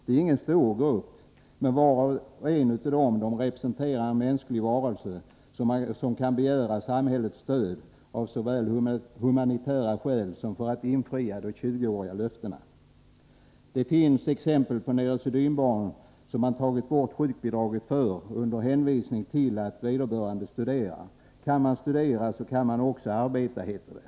Det är ingen stor grupp, men var och en av dem är en mänsklig varelse, som kan begära samhällets stöd av såväl humanitära skäl som för att de tjugoåriga löftena skall infrias. Det finns exempel på neurosedynbarn som man tagit sjukbidraget ifrån under hänvisning till att vederbörande studerar. Kan man studera kan man också arbeta, heter det.